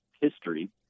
history